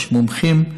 יש מומחים.